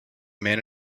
man